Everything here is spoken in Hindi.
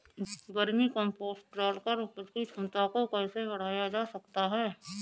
वर्मी कम्पोस्ट डालकर उपज की क्षमता को कैसे बढ़ाया जा सकता है?